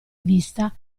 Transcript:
vista